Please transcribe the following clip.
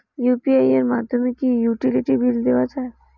UPI এর মাধ্যমে কি ইউটিলিটি বিল দেওয়া যায়?